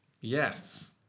Yes